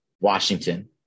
Washington